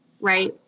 right